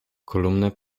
kolumny